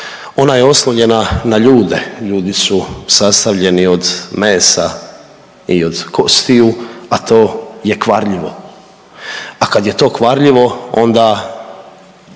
Ona je oslovljena na ljude, ljudi su sastavljeni od mesa i od kostiju, a to je kvarljivo, a kad je to kvarljivo onda